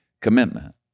commitment